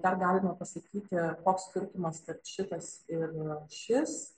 dar galima pasakyti koks skirtumas tarp šitas ir šis